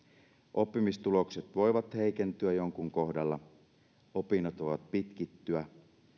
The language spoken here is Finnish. oppimistulokset voivat heikentyä jonkun kohdalla opinnot voivat pitkittyä